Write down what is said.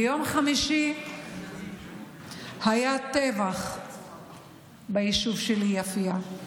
ביום חמישי היה טבח ביישוב שלי, יפיע.